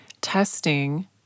testing